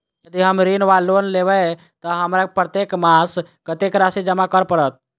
यदि हम ऋण वा लोन लेबै तऽ हमरा प्रत्येक मास कत्तेक राशि जमा करऽ पड़त?